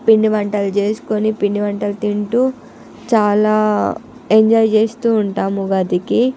పిండి వంటలు చేసుకొని పిండివంటలు తింటూ చాలా ఎంజాయ్ చేస్తూ ఉంటాము ఉగాదికి